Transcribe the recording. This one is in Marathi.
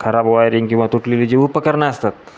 खराब वायरिंग किंवा तुटलेली जे उपकरणं असतात